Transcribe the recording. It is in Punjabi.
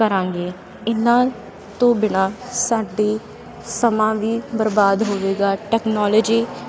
ਕਰਾਂਗੇ ਇਹਨਾਂ ਤੋਂ ਬਿਨਾਂ ਸਾਡੀ ਸਮਾਂ ਵੀ ਬਰਬਾਦ ਹੋਵੇਗਾ ਟੈਕਨੋਲੋਜੀ